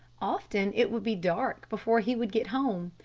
often it would be dark before he would get home.